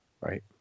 Right